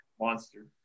monster